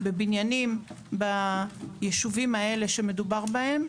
בבניינים בישובים האלה שמדובר בהם,